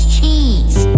Cheese